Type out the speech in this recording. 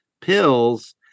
pills